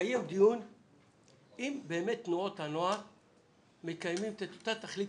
לקיים דיון אם באמת תנועות הנוער מקיימות את אותה תכלית